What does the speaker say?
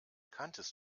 kanntest